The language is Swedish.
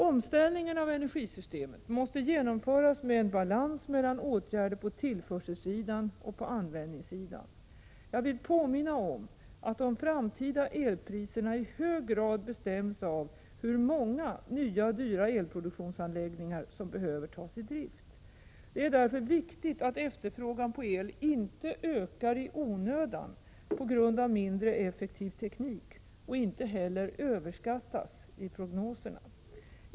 Omställningen av energisystemet måste genomföras med en balans mellan åtgärder på tillförselsidan och åtgärder på användningssidan. Jag vill påminna om att de framtida elpriserna i hög grad bestäms av hur många nya, dyra elproduktionsanläggningar som behöver tas i drift. Det är därför viktigt att efterfrågan på elinte ökar i onödan på grund av mindre effektiv teknik och att den inte heller överskattas i prognoserna.